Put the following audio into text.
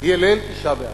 יהיה ליל תשעה באב.